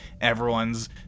Everyone's